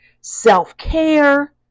self-care